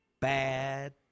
Bad